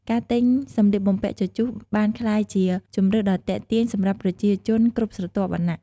ការទិញសម្លៀកបំពាក់ជជុះបានក្លាយជាជម្រើសដ៏ទាក់ទាញសម្រាប់ប្រជាជនគ្រប់ស្រទាប់វណ្ណៈ។